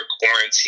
quarantine